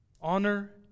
Honor